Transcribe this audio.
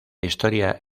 historia